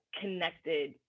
connected